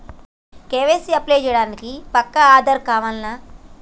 KYC apply చేయనీకి పక్కా ఆధార్ కావాల్నా?